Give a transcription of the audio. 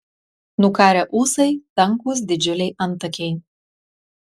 nukarę ūsai tankūs didžiuliai antakiai